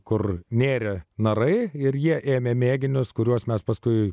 kur nėrė narai ir jie ėmė mėginius kuriuos mes paskui